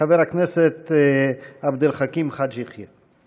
חבר הכנסת עבד אל חכים חאג' יחיא.